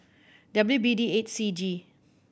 W B D eight C G